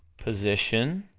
position,